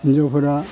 हिनजावफोरा